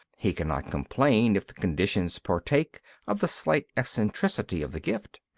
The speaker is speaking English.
he cannot complain if the conditions partake of the slight eccentricity of the gift.